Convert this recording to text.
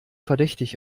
verdächtig